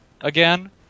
again